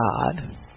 God